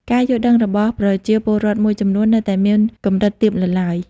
ការយល់ដឹងរបស់ប្រជាពលរដ្ឋមួយចំនួននៅតែមានកម្រិតទាបនៅឡើយ។